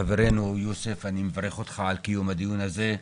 חברנו יוסף אני מברך אותך על קיום הדיון הזה.